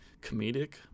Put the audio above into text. Comedic